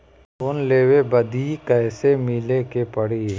Loan लेवे बदी कैसे मिले के पड़ी?